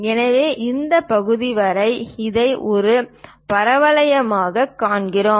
எனவே இந்த பகுதி வரை இதை ஒரு பரவளையமாகக் காண்கிறோம்